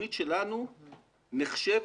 התוכנית שלנו נחשבת